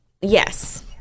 yes